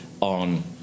on